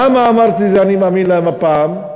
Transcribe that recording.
למה אמרתי את זה, שאני מאמין להם הפעם?